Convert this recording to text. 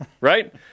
right